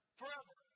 forever